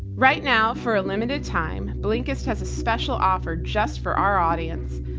right now for a limited time, blinkist has a special offer just for our audience.